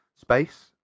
space